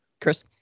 Chris